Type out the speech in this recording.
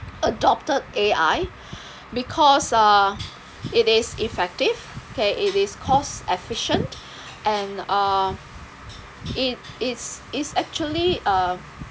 adopted A_I because uh it is effective okay it is cost efficient and uh it it's it's actually uh